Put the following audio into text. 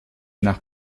nach